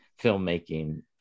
filmmaking